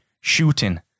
shooting